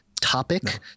topic